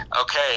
okay